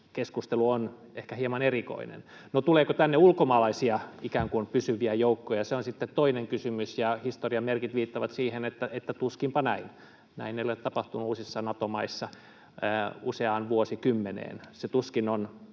keskustelu on ehkä hieman erikoinen. No, tuleeko tänne ulkomaalaisia, ikään kuin pysyviä joukkoja? Se on sitten toinen kysymys, ja historian merkit viittaavat siihen, että tuskinpa on näin. Näin ei ole tapahtunut uusissa Nato-maissa useaan vuosikymmeneen.